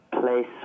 place